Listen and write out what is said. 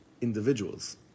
individuals